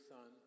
Son